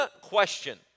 question